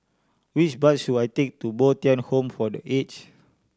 which bus should I take to Bo Tien Home for The Aged